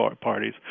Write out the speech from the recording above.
parties